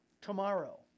Tomorrow